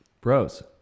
Bros